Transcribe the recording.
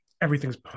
everything's